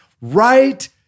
right